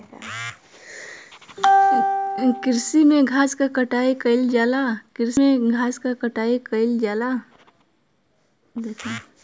कृषि में घास क कटाई कइल जाला